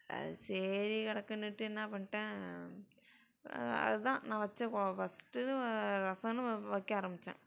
அது சரி கடக்குதுனுட்டு என்ன பண்ணிட்டேன் அதுதான் நான் வெச்ச ஃபஸ்ட்டு ரசம்ன்னு வைக்க ஆரம்பித்தேன்